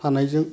थानायजों